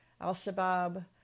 Al-Shabaab